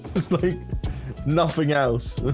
it's like nothing else